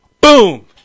Boom